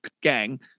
gang